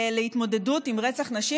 להתמודדות עם רצח נשים.